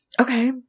Okay